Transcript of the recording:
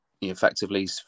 Effectively